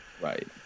right